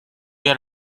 had